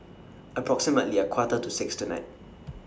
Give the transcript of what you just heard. approximately A Quarter to six tonight